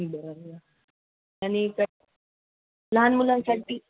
बरं आणि का लहान मुलांसाठी